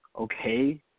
okay